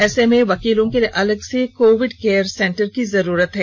ऐसे में वकीलों के लिए अलग से कोविड केयर सेंटर की जरूरत है